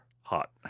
hot